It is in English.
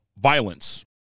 violence